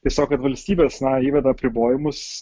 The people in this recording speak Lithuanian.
tiesiog kad valstybės na įveda apribojimus